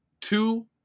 two